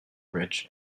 rich